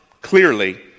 clearly